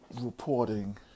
reporting